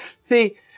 See